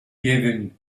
bienvenu